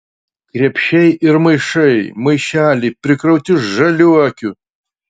krepšiai ir maišai maišeliai prikrauti žaliuokių